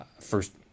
first